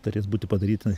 turės būti padaryta